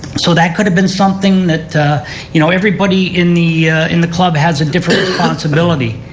so that could have been something that you know everybody in the in the club has a different responsibility.